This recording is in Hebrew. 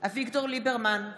אביגדור ליברמן,